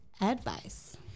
advice